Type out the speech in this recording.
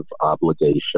obligation